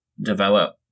develop